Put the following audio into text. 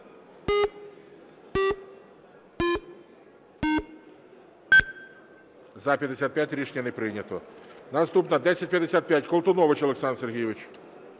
За-55 Рішення не прийнято. Наступна 1055, Колтунович Олександр Сергійович.